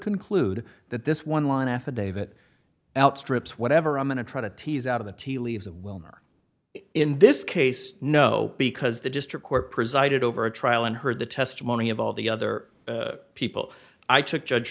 conclude that this one affidavit outstrips whatever i'm going to try to tease out of the tea leaves of welner in this case no because the district court presided over a trial and heard the testimony of all the other people i took judge